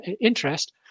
interest